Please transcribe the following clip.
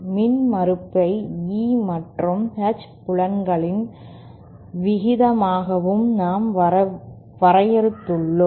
மின்மறுப்பை E மற்றும் H புலங்களின் விகிதமாகவும் நாம் வரையறுத்துள்ளோம்